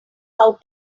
how